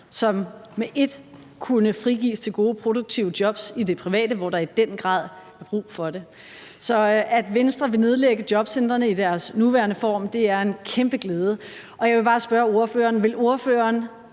som med et kunne frigives til gode, produktive jobs i det private, hvor der i den grad er brug for det. Så at Venstre vil nedlægge jobcentrene i deres nuværende form, er en kæmpe glæde, og jeg vil bare spørge ordføreren, om ordføreren